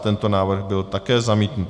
Tento návrh byl také zamítnut.